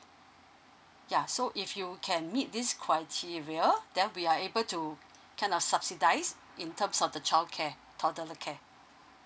ya so if you can meet this criteria then we are able to kind of subsidize in terms of the childcare toddler care